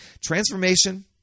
Transformation